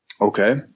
Okay